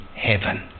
heaven